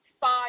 five